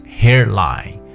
hairline